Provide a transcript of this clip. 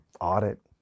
audit